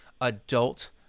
Adult